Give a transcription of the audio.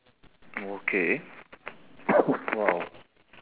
okay !wow!